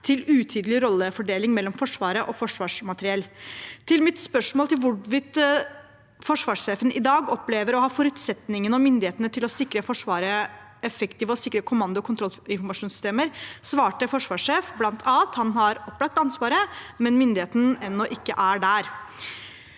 til utydelig rollefordeling mellom Forsvaret og Forsvarsmateriell. Til mitt spørsmål om hvorvidt forsvarssjefen i dag opplever å ha forutsetninger og myndighet til å sikre Forsvaret effektive og sikre kommando- og kontrollinformasjonssystemer, svarte forsvarssjefen bl.a. at han opplagt har ansvaret, men at myndigheten ennå ikke er der.